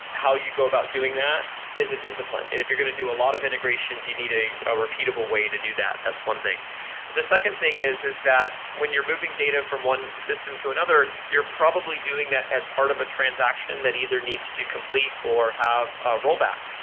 how you go about doing that is a discipline. if you're going to do a lot of integrations, you need a a repeatable way to do that, that's one thing the second thing is is that when you're moving data from one system to another, you're probably doing that as part of a transaction that either needs to complete or have rollback.